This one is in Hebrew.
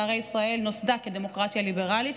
והרי ישראל נוסדה כדמוקרטיה ליברלית,